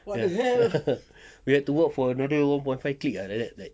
we had to walk for another one point five click like that like